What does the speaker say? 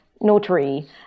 notary